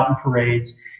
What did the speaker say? parades